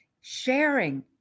sharing